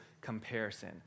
comparison